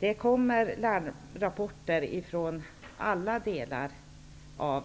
Det kommer larmrapporter från alla delar av